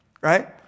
right